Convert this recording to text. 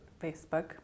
facebook